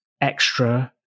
extra